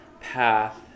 path